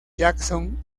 jackson